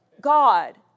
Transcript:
God